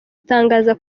zitangaza